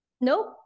Nope